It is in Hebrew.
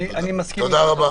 אני מסכים איתך.